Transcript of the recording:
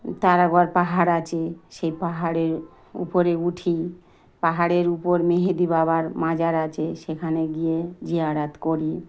তারাগড় পাহাড় আছে সেই পাহাড়ের উপরে উঠি পাহাড়ের উপর মেহেদি বাবার মাজার আছে সেখানে গিয়ে জিয়ারাত করি